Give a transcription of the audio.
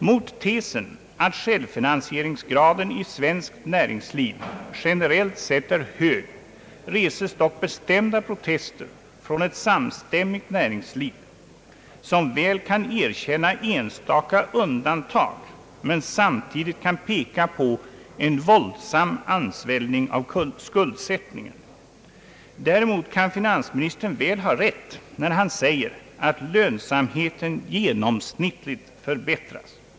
Mot tesen att självfinansieringsgraden i svenskt näringsliv generellt sett är hög reses dock bestämda protester från ett samstämmigt näringsliv, som väl kan erkänna enstaka undantag men samtidigt kan peka på en våldsam ansvällning av skuldsättningen. Däremot kan finansministern väl ha rätt, när han säger att lönsamheten genomsnittligt förbättrats.